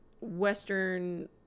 Western